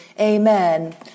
amen